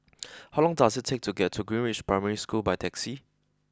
how long does it take to get to Greenridge Primary School by taxi